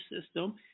system